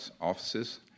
offices